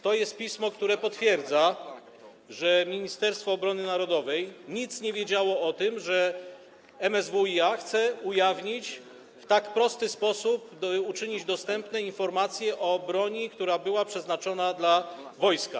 To jest pismo, które potwierdza, że Ministerstwo Obrony Narodowej nic nie wiedziało o tym, że MSWiA chce w tak prosty sposób uczynić dostępnymi informacje o broni, która była przeznaczona dla wojska.